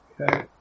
Okay